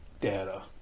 data